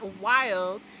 wild